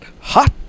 Hot